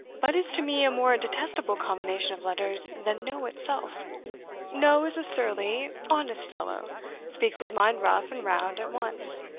but is to me a more detestable combination of letters than no itself no is a surly, honest fellow speaks his mind rough and round at once.